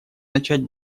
начать